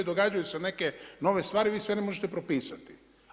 Događaju se neke nove stvari, vi sve ne možete propisati.